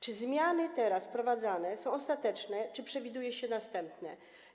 Czy zmiany teraz wprowadzane są ostateczne, czy przewiduje się następne?